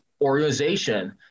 organization